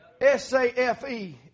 S-A-F-E